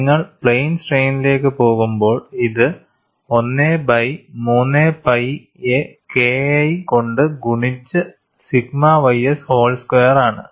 നിങ്ങൾ പ്ലെയിൻ സ്ട്രെയിനിലേക്ക് പോകുമ്പോൾ ഇത് 1 ബൈ 3 പൈ യെ KI കൊണ്ട് ഗുണിച്ച് സിഗ്മ ys ഹോൾ സ്ക്വയർ ആണ്